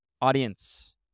audience